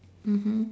mmhmm